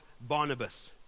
Barnabas